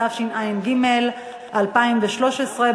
התשע"ג 2013,